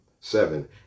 Seven